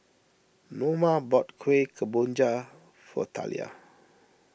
Noma bought Kuih Kemboja for Talia